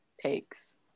takes